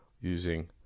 using